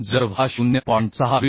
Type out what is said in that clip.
जर V हा 0